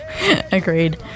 Agreed